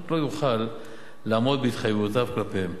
לא יוכל לעמוד בהתחייבויותיו כלפיהם.